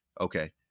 Okay